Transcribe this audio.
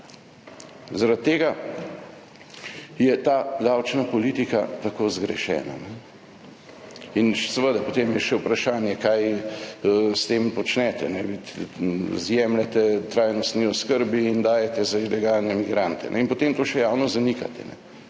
Zaradi tega je ta davčna politika tako zgrešena. In potem je še vprašanje, kaj s tem počnete - jemljete trajnostni oskrbi in dajete za ilegalne migrante. In potem to še javno zanikate,